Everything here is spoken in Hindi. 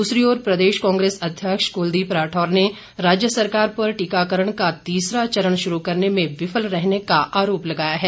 दूसरी ओर प्रदेश कांग्रेस अध्यक्ष क्लदीप राठौर ने राज्य सरकार पर टीकाकरण का तीसरा चरण शुरू करने में विफल रहने का आरोप लगाया है